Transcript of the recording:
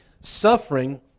suffering